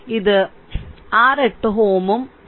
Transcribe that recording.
ഇത് r 8 Ω ഉം 6 Ω ഉം ആണ്